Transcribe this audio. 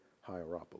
Hierapolis